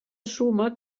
suma